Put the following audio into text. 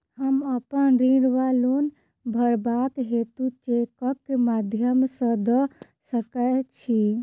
हम अप्पन ऋण वा लोन भरबाक हेतु चेकक माध्यम सँ दऽ सकै छी?